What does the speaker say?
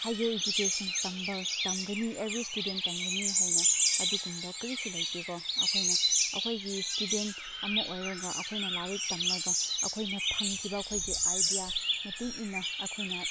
higher education ꯇꯝꯕ ꯇꯝꯒꯅꯤ every student ꯇꯝꯒꯅꯤ ꯍꯥꯏꯅ ꯑꯗꯨꯒꯨꯝꯕ ꯀꯔꯤꯁꯨ ꯂꯩꯇꯦ ꯀꯣ ꯑꯩꯈꯣꯏꯅ ꯑꯩꯈꯣꯏꯒꯤ ꯏꯁꯇꯨꯗꯦꯟ ꯑꯃ ꯑꯣꯏꯔꯒ ꯑꯩꯈꯣꯏꯅ ꯂꯥꯏꯔꯤꯛ ꯇꯝꯂꯒ ꯑꯩꯈꯣꯏꯅ ꯐꯪꯈꯤꯕ ꯑꯩꯈꯣꯏꯒꯤ ꯑꯥꯏꯗꯤꯌꯥ ꯃꯇꯨꯡ ꯏꯟꯅ ꯑꯩꯈꯣꯏꯅ